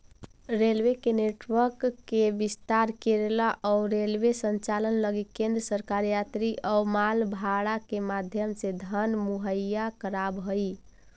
railway के network के विस्तार करेला अउ रेलवे संचालन लगी केंद्र सरकार यात्री अउ माल भाड़ा के माध्यम से धन मुहैया कराव हई